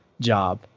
job